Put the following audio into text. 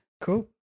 Cool